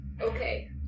Okay